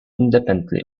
independently